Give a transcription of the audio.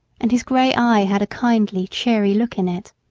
and his gray eye had a kindly, cheery look in it.